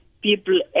people